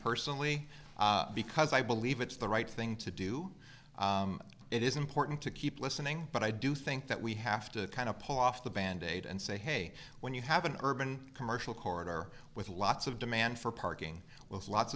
personally because i believe it's the right thing to do it is important to keep listening but i do think that we have to kind of pull off the band aid and say hey when you have an urban commercial corridor with lots of demand for parking with lots